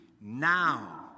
now